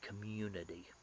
community